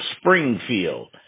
Springfield